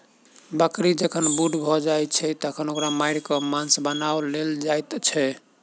बकरी जखन बूढ़ भ जाइत छै तखन ओकरा मारि क मौस बना लेल जाइत छै